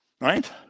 Right